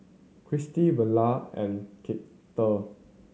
Kristy Bula and Karter